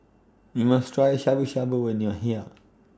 YOU must Try Shabu Shabu when YOU Are here